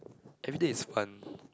everyday is fun